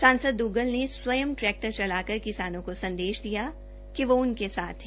सांसद द्ग्गल ने स्वयं ट्रैक्टर चलाकर किसानों को संदेश दिया कि वो उनके साथ है